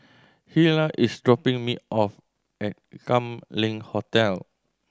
Hilah is dropping me off at Kam Leng Hotel